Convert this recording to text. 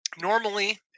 normally